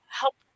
help